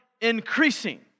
increasing